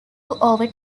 over